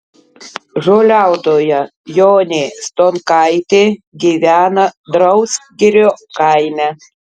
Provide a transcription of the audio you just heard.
žoliautoja jonė stonkaitė gyvena drausgirio kaime